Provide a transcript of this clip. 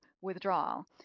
withdrawal